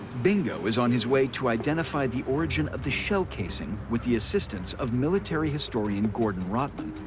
bingo is on his way to identify the origin of the shell casing, with the assistance of military historian gordon rottman,